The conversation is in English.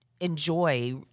enjoy